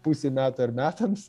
pusei metų ar metams